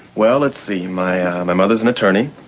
well, let's see. my ah my mother is an attorney.